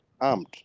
armed